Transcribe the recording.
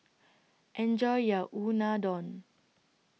Enjoy your Unadon